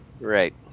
Right